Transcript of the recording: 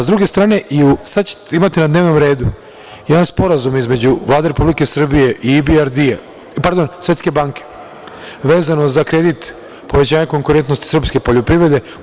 S druge strane, imate na dnevnom redu jedan Sporazum između Vlade Republike Srbije i Svetske banke vezano za kredit povećanja konkurentnosti srpske poljoprivrede.